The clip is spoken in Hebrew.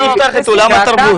כך נפתח את עולם התרבות.